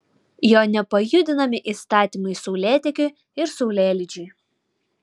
jo nepajudinami įstatymai saulėtekiui ir saulėlydžiui